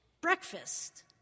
breakfast